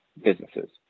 businesses